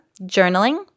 journaling